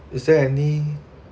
is there any